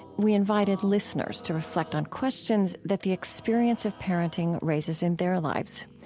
we invited listeners to reflect on questions that the experience of parenting raises in their lives.